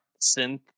synth